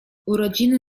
urodziny